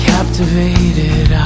Captivated